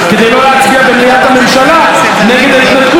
כדי שלא יצביע במליאת הממשלה נגד ההתנתקות,